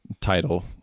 title